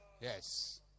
Yes